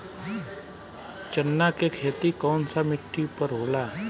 चन्ना के खेती कौन सा मिट्टी पर होला?